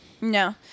No